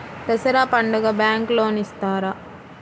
దసరా పండుగ bank loan ఇస్తారా?